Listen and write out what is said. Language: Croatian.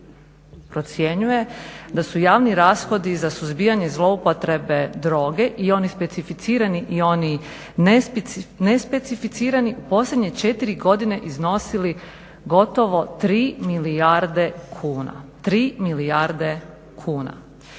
procjenjuje da su javni rashodi za suzbijanje zloupotrebe droge i onih specificirani i oni nespecificirani, u posljednje četiri godine iznosili gotovo tri milijarde kuna,